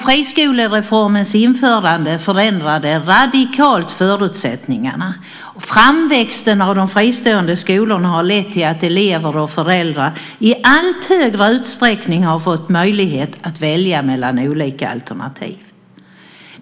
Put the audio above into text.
Friskolereformens införande förändrade radikalt förutsättningarna. Framväxten av de fristående skolorna har lett till att elever och föräldrar i allt högre utsträckning har fått möjlighet att välja mellan olika alternativ.